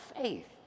faith